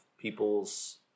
people's